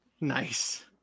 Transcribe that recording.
nice